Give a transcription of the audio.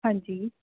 ਹਾਂਜੀ